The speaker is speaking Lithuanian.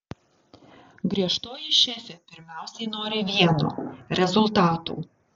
griežtoji šefė pirmiausia nori vieno rezultatų